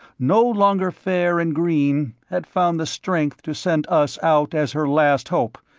no longer fair and green, had found the strength to send us out as her last hope.